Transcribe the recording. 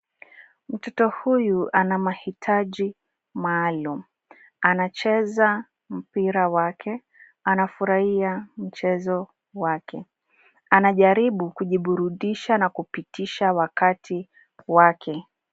Mtoto huyu ana mahitaji maalum. Anacheza mpira wake. Anafurahia mchezo wake. Anajaribu kujiburudisha na kupitisha wakati wake.